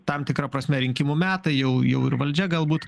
tam tikra prasme rinkimų metai jau jau ir valdžia galbūt